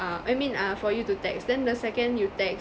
uh I mean err for you to text then the second you text